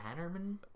Hannerman